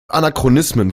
anachronismen